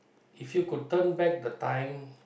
if you could turn back the time